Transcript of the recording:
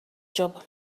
job